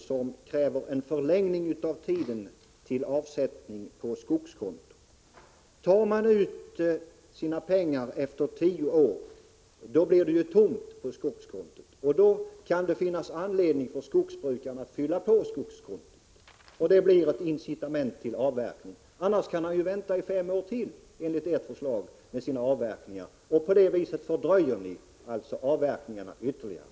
Han kräver en förlängning av uppskovstiden när det gäller avsättning till skogskonto. Men om en skogsbrukare tar ut sina pengar efter tio år blir det ju tomt på skogskontot, och då kan det finnas anledning för honom att fylla på det. Det blir därmed ett incitament till avverkning. Enligt ert förslag kan han vänta ytterligare fem år med sina avverkningar. Ni fördröjer alltså på det sättet avverkningarna ytterligare.